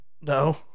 No